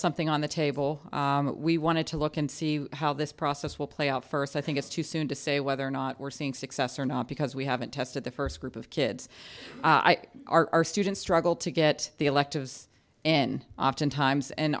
something on the table we want to look and see how this process will play out first i think it's too soon to say whether or not we're seeing success or not because we haven't tested the first group of kids our students struggle to get the electives and oftentimes and